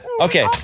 okay